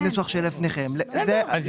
זה